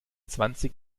zwanzig